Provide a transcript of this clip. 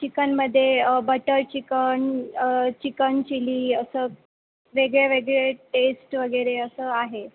चिकनमध्ये butter chicken chicken chilli असं वेगळे वेगळे टेस्ट वगैरे असं आहे